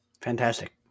fantastic